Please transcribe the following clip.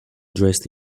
dressed